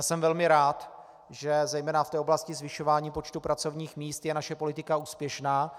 Jsem velmi rád, že zejména v oblasti zvyšování počtu pracovních míst je naše politika úspěšná.